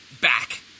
back